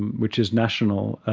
and which is national,